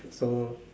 so